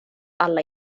alla